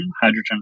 hydrogen